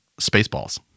Spaceballs